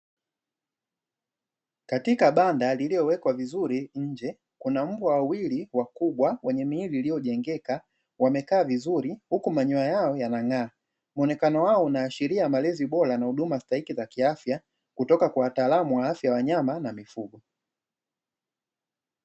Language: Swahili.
Katika banda lililowekwa vizuri nje kuna mbwa wawili wakubwa wenye miili iliyojengeka wamekaa vizuri huku manyoa yao yanang'aa, muonekano wao unaashiria malezi bora na huduma stahiki za kiafya kutoka kwa wataalamu wa afya ya wanyama na mifugo.